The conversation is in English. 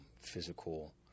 Physical